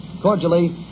Cordially